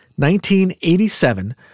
1987